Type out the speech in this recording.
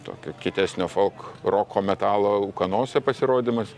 tokio kietesnio folkroko metalo ūkanose pasirodymas